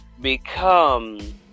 become